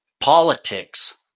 politics